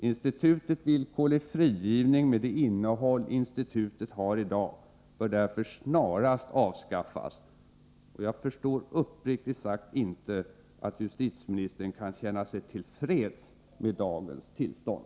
Institutet villkorlig frigivning med det innehåll institutet har i dag bör därför snarast avskaffas. Jag förstår uppriktigt sagt inte att justitieministern kan känna sig till freds med dagens tillstånd.